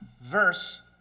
verse